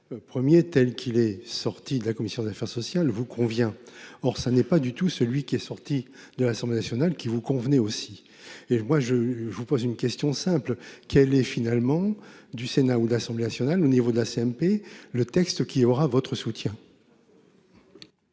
1er telle qu'il est sorti de la commission des affaires sociales vous convient. Or ça n'est pas du tout celui qui est sorti de l'Assemblée nationale qui vous convenait aussi et moi je vous pose une question simple qui allait finalement du Sénat ou l'Assemblée nationale au niveau de la CMP, le texte qui aura votre soutien.